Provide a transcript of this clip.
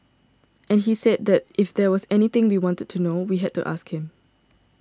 and he said that if there was anything we wanted to know we had to ask him